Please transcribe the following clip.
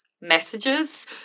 messages